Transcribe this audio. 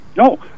No